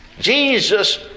Jesus